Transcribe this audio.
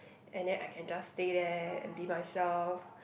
and then I can just stay there and be myself